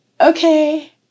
okay